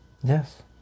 Yes